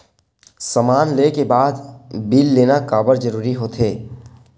समान ले के बाद बिल लेना काबर जरूरी होथे?